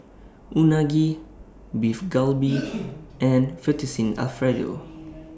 Unagi Beef Galbi and Fettuccine Alfredo